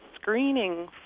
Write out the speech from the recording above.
screening